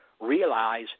realize